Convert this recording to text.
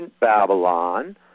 Babylon